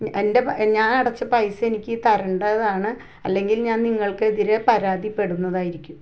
എൻറ്റെ ഞാൻ അടച്ച പൈസ എനിക്ക് തരേണ്ടതാണ് അല്ലെങ്കിൽ ഞാൻ നിങ്ങൾക്കെതിരെ പരാതിപ്പെടുന്നതായിരിക്കും